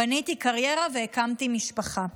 בניתי קריירה והקמתי משפחה.